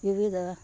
ವಿವಿಧ